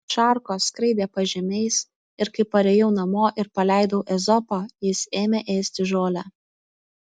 šarkos skraidė pažemiais ir kai parėjau namo ir paleidau ezopą jis ėmė ėsti žolę